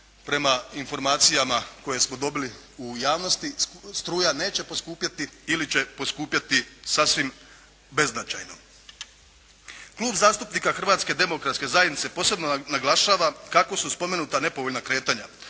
prema informacijama koje smo dobili u javnosti struja neće poskupjeti ili će poskupjeti sasvim beznačajno. Klub zastupnika Hrvatske demokratske zajednice, posebno naglašava kako su spomenuta nepovoljna kretanja